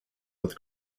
with